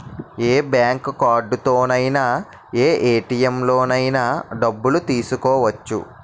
ఏ bank కార్డుతోనైన ఏ ATM లోనైన డబ్బులు తీసుకోవచ్చు